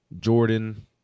Jordan